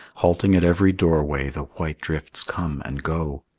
halting at every doorway, the white drifts come and go.